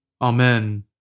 Amen